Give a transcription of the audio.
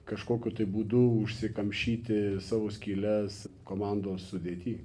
kažkokiu būdu užsikamšyti savo skyles komandos sudėty